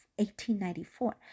1894